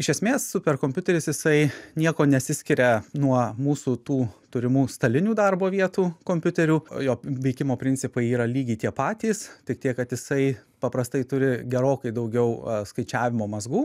iš esmės superkompiuteris jisai niekuo nesiskiria nuo mūsų tų turimų stalinių darbo vietų kompiuterių jo veikimo principai yra lygiai tie patys tik tiek kad jisai paprastai turi gerokai daugiau skaičiavimo mazgų